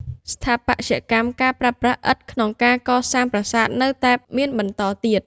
ស្ថាបត្យកម្ម ការប្រើប្រាស់ឥដ្ឋក្នុងការកសាងប្រាសាទនៅតែមានបន្តទៀត។